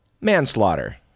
manslaughter